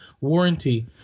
warranty